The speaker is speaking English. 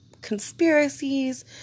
conspiracies